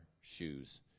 shoes